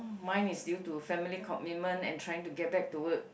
mine is due to family commitment and trying to get back to work